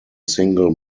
single